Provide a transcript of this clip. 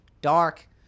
dark